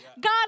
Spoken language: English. God